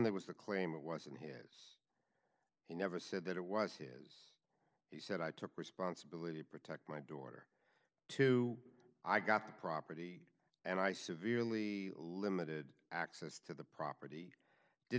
that was the claim was in his he never said that it was his he said i took responsibility to protect my daughter too i got the property and i severely limited access to the property did